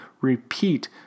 repeat